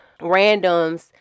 randoms